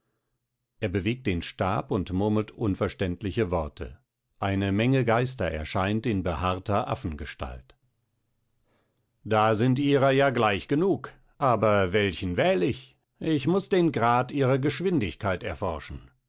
er bewegt den stab und murmelt unverständliche worte eine menge geister erscheint in behaarter affengestalt da sind ihrer ja gleich genug aber welchen wähl ich ich muß den grad ihrer geschwindigkeit erforschen